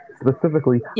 Specifically